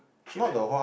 cheap ah